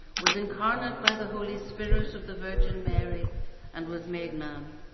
was incarnate by the holy spirit of the virgin mary and was made man.